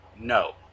No